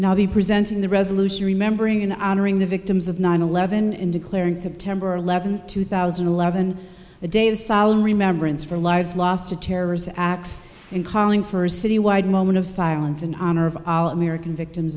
now be presenting the resolution remembering and honoring the victims of nine eleven and declaring september eleventh two thousand and eleven a day of solemn remembrance for lives lost to terrorist acts and calling for a citywide moment of silence in honor of all american victims